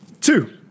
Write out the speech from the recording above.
two